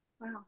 wow